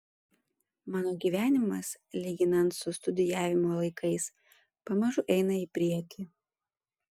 mano gyvenimas lyginant su studijavimo laikais pamažu eina į priekį